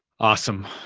awesome.